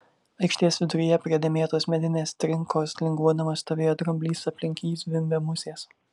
aikštės viduryje prie dėmėtos medinės trinkos linguodamas stovėjo dramblys aplink jį zvimbė musės